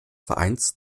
vereins